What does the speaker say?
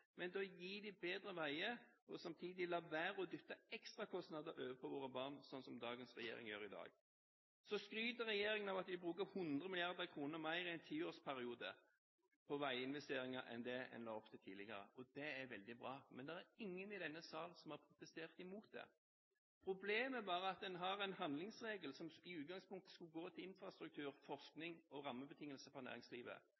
men å gi dem bedre veier og samtidig la være å dytte ekstrakostnader over på våre barn, som dagens regjering gjør. Så skryter regjeringen av at de bruker 100 mrd. kr mer i en tiårsperiode på veiinvesteringer enn det en la opp til tidligere. Det er veldig bra. Men det er ingen i denne sal som har protestert mot det. Problemet er bare at en har en handlingsregel som i utgangspunktet skulle gå til infrastruktur,